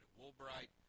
Woolbright